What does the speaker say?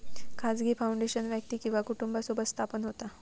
खाजगी फाउंडेशन व्यक्ती किंवा कुटुंबासोबत स्थापन होता